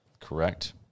Correct